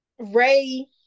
Ray